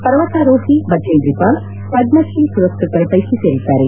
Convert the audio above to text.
ಪವರ್ತರೋಹಿ ಬಚೇಂದ್ರಿ ಪಾಲ್ ಪದ್ದಶ್ರೀ ಪುರಸ್ನತರ ಪೈಕಿ ಸೇರಿದ್ದಾರೆ